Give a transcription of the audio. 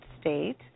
state